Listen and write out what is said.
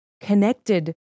connected